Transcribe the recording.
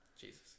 Jesus